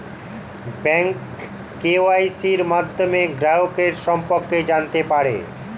bank কেওয়াইসির মাধ্যমে গ্রাহকের সম্পর্কে জানতে পারে